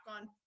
on